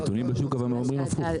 אבל הנתונים בשוק אומרים הפוך.